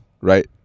Right